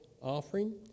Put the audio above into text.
offering